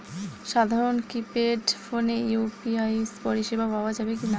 সাধারণ কিপেড ফোনে ইউ.পি.আই পরিসেবা পাওয়া যাবে কিনা?